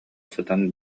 сытан